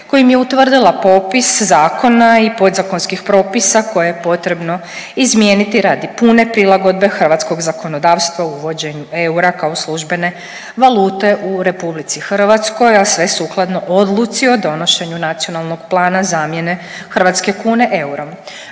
kojim je utvrdila popis zakona i podzakonskih propisa koje je potrebno izmijeniti radi pune prilagodbe hrvatskog zakonodavstva u uvođenju eura kao službene valute u RH, a sve sukladno odluci o donošenju Nacionalnog plana zamjene hrvatske kune eurom.